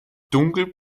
dunkel